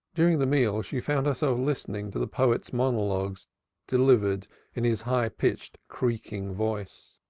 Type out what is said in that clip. during the meal she found herself listening to the poet's monologues delivered in his high-pitched creaking voice.